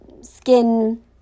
skin